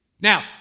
Now